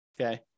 okay